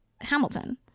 Hamilton